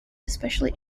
especially